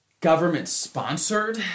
government-sponsored